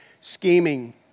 scheming